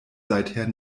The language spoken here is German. seither